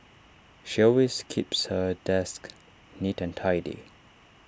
she always keeps her desk neat and tidy